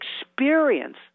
experience